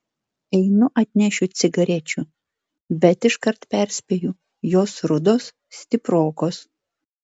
einu atnešiu cigarečių bet iškart perspėju jos rudos stiprokos